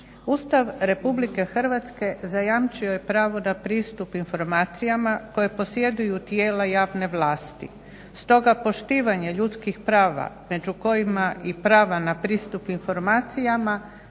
Ustav RH zajamčio je pravo na pristup informacijama koje posjeduju tijela javne vlasti. Stoga poštivanje ljudskih prava među kojima i prava na pristup informacijama,